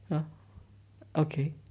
uh okay